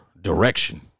direction